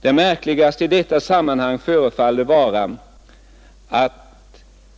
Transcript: Det märkligaste i detta sammanhang förefaller vara att